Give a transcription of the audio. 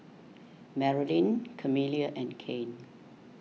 Marylyn Camilla and Cain